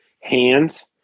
hands